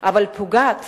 אבל פוגעת